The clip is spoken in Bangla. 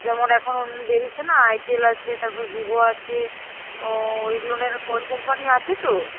যেমন এখন বেরিয়েছে না আইটেল আছে তারপর ভিভো আছে ও ওইগুলোনের ওই কোম্পানি আছে তো